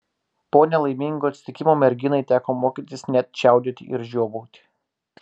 po nelaimingo atsitikimo merginai teko mokytis net čiaudėti ir žiovauti